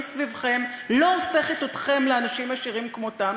סביבכם לא הופכת אתכם לאנשים עשירים כמותם.